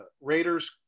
Raiders